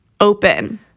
open